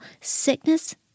sickness